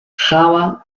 java